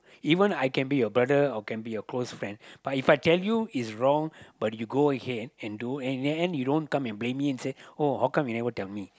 even I can be your brother or can be your close friend but If I tell you is wrong but you go ahead and and do and in the end you don't come and blame me and say oh how come you never tell me